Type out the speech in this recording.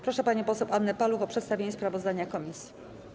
Proszę panią poseł Annę Paluch o przedstawienie sprawozdania komisji.